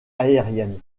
aérienne